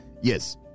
Yes